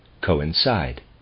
coincide